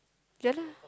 ya lah